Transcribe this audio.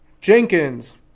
Jenkins